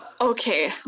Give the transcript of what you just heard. Okay